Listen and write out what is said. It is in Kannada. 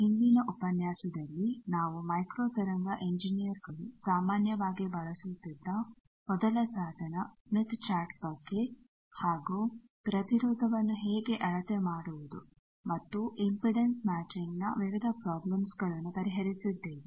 ಹಿಂದಿನ ಉಪನ್ಯಾಸದಲ್ಲಿ ನಾವು ಮೈಕ್ರೋ ತರಂಗ ಇಂಜಿನಿಯರ್ ಗಳು ಸಾಮಾನ್ಯವಾಗಿ ಬಳಸುತಿದ್ದ ಮೊದಲ ಸಾಧನ ಸ್ಮಿತ್ ಚಾರ್ಟ್ ಬಗ್ಗೆ ಹಾಗೂ ಪ್ರತಿರೋಧ ವನ್ನು ಹೇಗೆ ಅಳತೆ ಮಾಡುವುದು ಮತ್ತು ಇಂಪಿಡೆನ್ಸ್ ಮ್ಯಾಚಿಂಗ್ ನ ವಿವಿಧ ಪ್ರಾಬ್ಲಮ್ಸ್ ಗಳನ್ನು ಪರಿಹರಿಸಿದ್ದೇವೆ